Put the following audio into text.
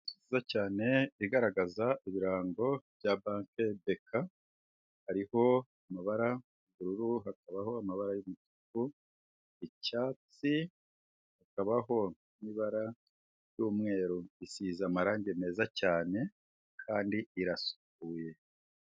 Inzu nziza cyane igaragaza ibirango bya banki BK hariho amabara y'ubururu, hakabaho amabara y'umutuku, icyatsi, hakabaho n'ibara ry'umweru isiza amarangi meza cyane kandi irasukuye.